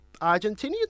Argentinian